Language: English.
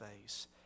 face